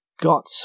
got